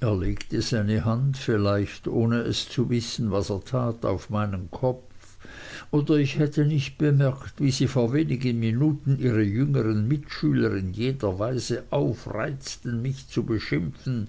er legte seine hand vielleicht ohne zu wissen was er tat auf meinen kopf oder ich hätte nicht bemerkt wie sie vor wenigen minuten ihre jüngern mitschüler in jeder weise aufreizten mich zu beschimpfen